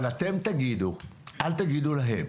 אבל אתם תגידו, אל תגידו להם.